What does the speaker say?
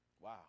wow